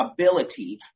ability